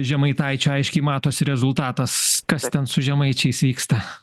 žemaitaičio aiškiai matosi rezultatas kas ten su žemaičiais vyksta